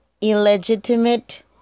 illegitimate